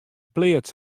pleats